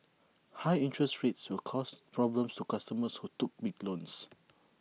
high interest rates will cause problems to customers who took big loans